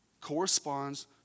Corresponds